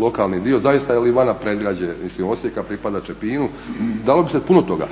lokalni dio, zaista je Livana predgrađe Osijeka, pripada Čepinu dalo bi se puno toga.